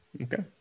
Okay